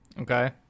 Okay